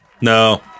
no